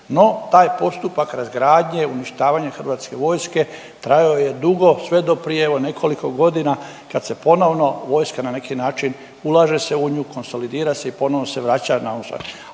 No, taj postupak razgradnje, uništavanje Hrvatske vojske trajao je dugo sve do prije evo nekoliko godina kad se ponovno vojska na neki način ulaže se u nju, konsolidira se i ponovo se vraća na …/Govornik